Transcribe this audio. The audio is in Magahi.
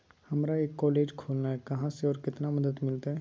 हमरा एक कॉलेज खोलना है, कहा से और कितना मदद मिलतैय?